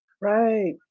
Right